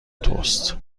توست